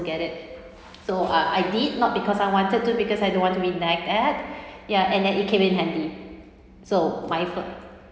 get it so I I did not because I wanted to because I don't want to be nag at ya and then it came in handy so my